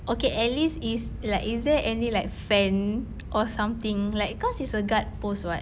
okay at least it's like is there any like fan or something like cause it's a guard post [what]